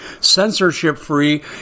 censorship-free